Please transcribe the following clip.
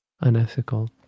unethical